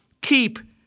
Keep